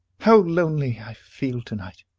how lonely i feel to-night!